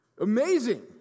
amazing